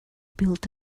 built